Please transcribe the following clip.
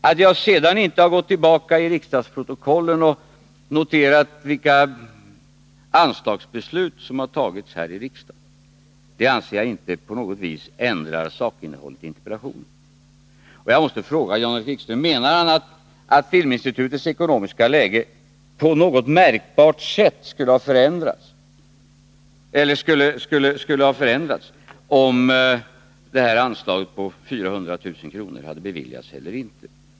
Att jag inte gått tillbaka i riksdagsprotokollet och noterat vilka anslagsbeslut som fattats här i riksdagen anser jag inte på något vis ändrar sakinnehållet i interpellationen. Jag måste fråga Jan-Erik Wikström: Menar utbildningsministern att Filminstitutets ekonomiska läge på något märkbart sätt skulle ha förändrats om detta anslag på 400 000 kr. hade beviljats eller inte?